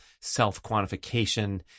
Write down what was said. self-quantification